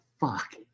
fuck